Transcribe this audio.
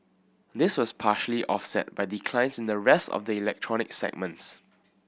this was partially offset by declines in the rest of the electronic segments